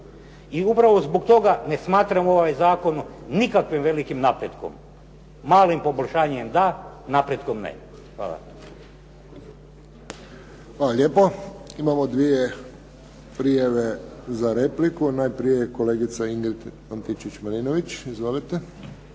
I upravo zbog toga ne smatram ovaj zakon nikakvih velikim napretkom. Malim poboljšanjem da, napretkom ne. Hvala. **Friščić, Josip (HSS)** Hvala lijepo. Imamo dvije prijave za repliku. Najprije kolegica Ingrid Antičević-Marinović. **Antičević